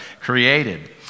created